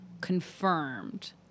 confirmed